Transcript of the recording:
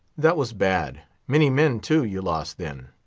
that was bad. many men, too, you lost then.